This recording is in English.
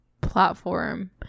platform